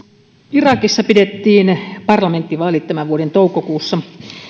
irakissa pidettiin parlamenttivaalit tämän vuoden toukokuussa